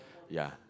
ya